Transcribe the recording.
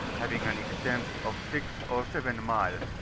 having an extent of six or seven miles,